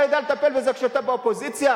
אתה יודע לטפל בזה כשאתה באופוזיציה?